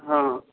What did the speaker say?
हँ